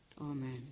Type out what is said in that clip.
Amen